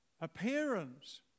appearance